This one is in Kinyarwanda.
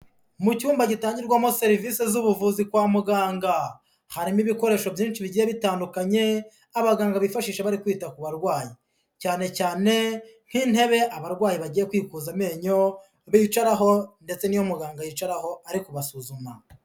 Mu cyumba gitangirwamo serivise z'ubuvuzi kwa muganga. Harimo ibikoresho byinshi bigiye bitandukanye, abaganga bifashisha bari kwita ku barwayi. Cyane cyane, nk'intebe abarwayi bagiye kwikuza amenyo bicaraho ndetse n'iyo muganga yicaraho, ari kubasuzuma.